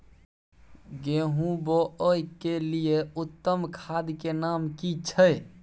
गेहूं बोअ के लिये उत्तम खाद के नाम की छै?